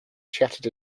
shattered